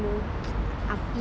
அப்டிதான்:apdithaan